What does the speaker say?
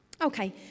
Okay